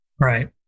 Right